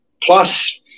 plus